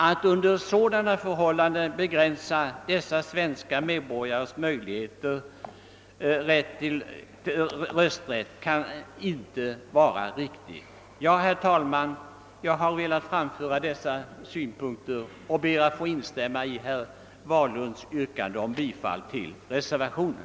Att under sådana förhållanden begränsa dessa svenskars rösträtt, kan inte vara riktigt. Herr talman! Jag har velat framföra dessa synpunkter och ber att få instämma i herr Wahlunds yrkande om bifall till reservationen.